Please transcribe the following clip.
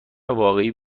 واقعی